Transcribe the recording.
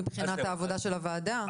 מבחינת העבודה של הוועדה?